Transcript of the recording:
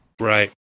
Right